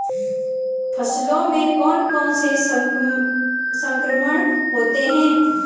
फसलों में कौन कौन से संक्रमण होते हैं?